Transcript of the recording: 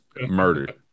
murdered